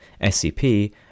SCP